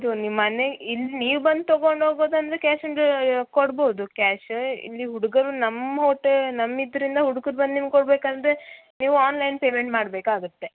ಇದು ನಿಮ್ಮ ಮನೆ ಇಲ್ಲಿ ನೀವು ಬಂದು ತೊಗೊಂಡೋಗೋದಂದರೆ ಕ್ಯಾಶಿಂದು ಕೊಡ್ಬೋದು ಕ್ಯಾಶು ಇಲ್ಲಿ ಹುಡುಗರು ನಮ್ಮ ಹೋಟೆ ನಮ್ಮ ಇದರಿಂದ ಹುಡ್ಗರು ಬಂದು ನಿಮ್ಗೆ ಕೊಡಬೇಕಂದ್ರೆ ನೀವು ಆನ್ಲೈನ್ ಪೇಮೆಂಟ್ ಮಾಡಬೇಕಾಗುತ್ತೆ